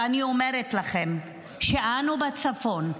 ואני אומרת לכם שאנו בצפון,